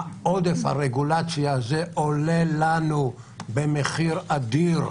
עודף הרגולציה הזה עולה לנו במחיר אדיר,